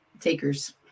takers